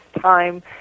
time